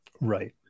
Right